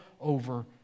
over